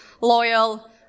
loyal